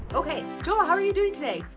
okay joel, how are you doing today?